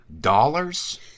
Dollars